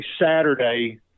saturday